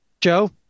Joe